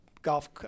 Golf